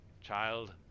child